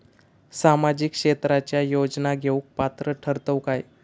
सामाजिक क्षेत्राच्या योजना घेवुक पात्र ठरतव काय?